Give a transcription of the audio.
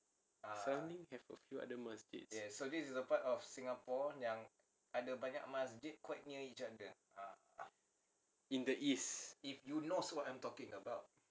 surrounding have a few other masjid in the east